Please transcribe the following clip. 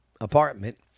apartment